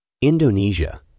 Indonesia